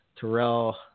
Terrell